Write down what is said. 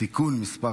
(תיקון מס'